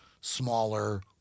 smaller